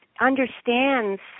understands